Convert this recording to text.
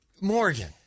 Morgan